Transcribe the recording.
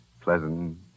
Pleasant